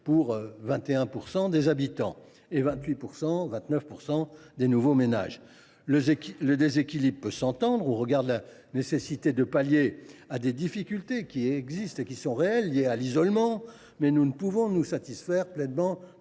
pour 21 % des nouveaux habitants et 29 % des nouveaux ménages. Le déséquilibre peut s’entendre au regard de la nécessité de pallier les difficultés réelles liées à l’isolement, mais nous ne pouvons nous satisfaire pleinement